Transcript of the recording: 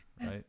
right